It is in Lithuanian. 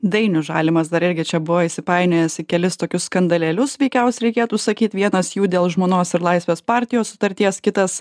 dainius žalimas dar irgi čia buvo įsipainiojęs į kelis tokius skandalėlius veikiausiai reikėtų sakyt vienas jų dėl žmonos ir laisvės partijos sutarties kitas